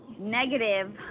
negative